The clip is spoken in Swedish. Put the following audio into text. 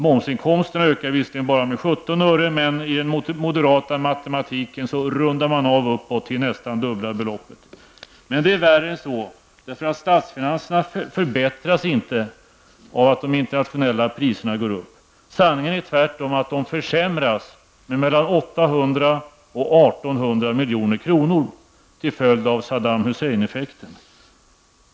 Momsinkomsterna ökar visserligen med bara 17 öre, men i den moderater matematiken ''rundar man av uppåt'' till nästan dubbla beloppet. Men det är värre än så. Statsfinanserna förbättras nämligen inte av att de internationella priserna går upp. Sanningen är tvärtom att de försämras med mellan 800 och 1 800 milj.kr. till följd av den Saddam Hussein-effekten.